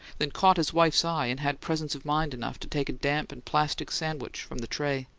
then caught his wife's eye, and had presence of mind enough to take a damp and plastic sandwich from the tray.